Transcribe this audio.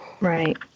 Right